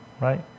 right